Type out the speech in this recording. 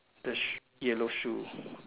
the shoe yellow shoe